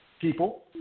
people